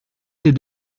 c’est